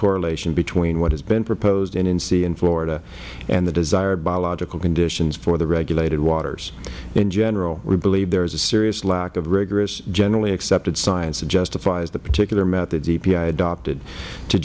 correlation between what has been proposed nnc in florida and the desired biological conditions for the regulated waters in general we believe there is a serious lack of rigorous generally accepted science that justifies the particular methods epa adopted to